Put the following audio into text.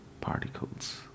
particles